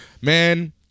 Man